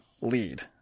lead